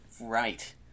right